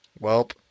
Welp